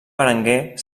berenguer